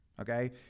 okay